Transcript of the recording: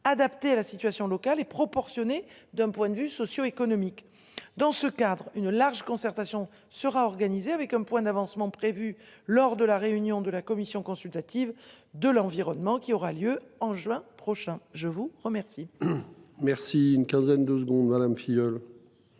adapté à la situation locale et proportionnée. D'un point de vue socio-économique dans ce cadre une large concertation sera organisée avec un point d'avancement prévue lors de la réunion de la commission consultative de l'environnement qui aura lieu en juin prochain. Je vous remercie. Merci. Une quinzaine de secondes Madame.